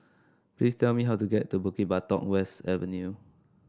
please tell me how to get to Bukit Batok West Avenue